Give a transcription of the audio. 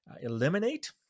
eliminate